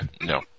no